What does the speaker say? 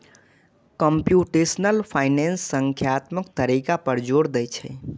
computational finance संख्यात्मक तरीका पर जोर दै छै